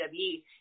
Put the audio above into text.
WWE